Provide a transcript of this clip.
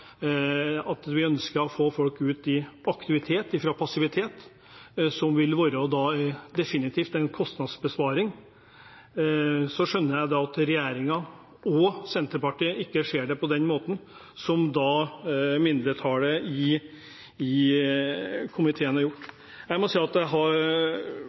at vi ønsker å få folk ut i aktivitet – fra passivitet – noe som definitivt vil være en kostnadsbesparing. Så skjønner jeg at regjeringen og Senterpartiet ikke ser det på den måten som mindretallet i komiteen gjør. Jeg må si at jeg er meget overrasket over de innleggene som har